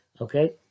Okay